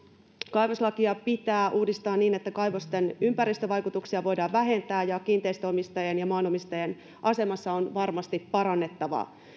kaivoslakia pitää uudistaa niin että kaivosten ympäristövaikutuksia voidaan vähentää ja kiinteistönomistajien ja maanomistajien asemassa on varmasti parannettavaa